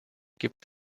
gibt